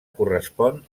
correspon